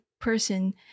person